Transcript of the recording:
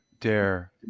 Dare